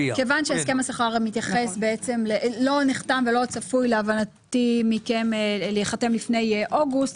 שהסכם השכר לא צפוי להבנתי מכם להיחתם לפני אוגוסט,